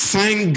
Thank